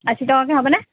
আশী টকাকৈ হ'বনে